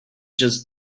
just